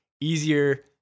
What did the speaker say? easier